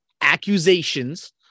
accusations